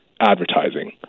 advertising